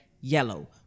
yellow